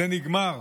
זה נגמר.